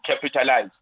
capitalize